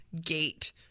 gate